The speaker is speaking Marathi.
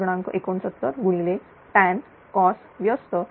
69tancos 110